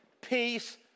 peace